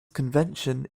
convention